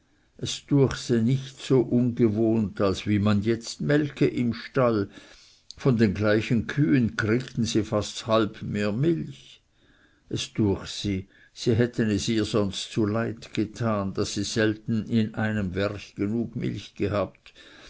es düech se nichts so ungewohnt als wie man jetzt melke im stall von den gleichen kühen kriegten sie fast ds halb mehr milch es düech se sie hätten es ihr sonst zuleid getan daß sie selten in einem werch genug milch gehabt